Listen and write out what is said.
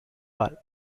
ball